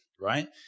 right